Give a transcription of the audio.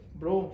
bro